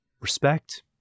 respect